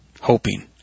hoping